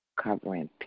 covering